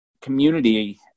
community